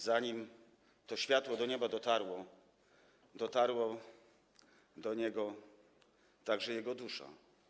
Zanim to światło do nieba dotarło, dotarła tam także jego dusza.